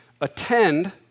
attend